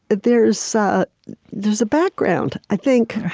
there's so there's a background. i think,